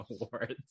awards